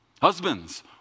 Husbands